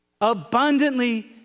abundantly